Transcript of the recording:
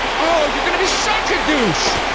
oh you are gonna be such a douche!